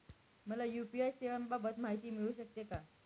मला यू.पी.आय सेवांबाबत माहिती मिळू शकते का?